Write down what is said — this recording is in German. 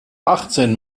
achtzehn